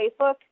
Facebook